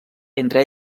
entre